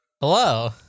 hello